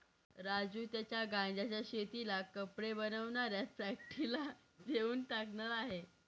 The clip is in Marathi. राजू त्याच्या गांज्याच्या शेतीला कपडे बनवणाऱ्या फॅक्टरीला देऊन टाकणार आहे